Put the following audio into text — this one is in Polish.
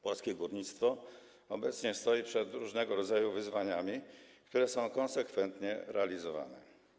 Polskie górnictwo obecnie stoi przed różnego rodzaju wyzwaniami, które są konsekwentnie realizowane.